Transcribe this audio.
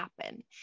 happen